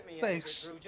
Thanks